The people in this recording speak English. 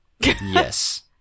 Yes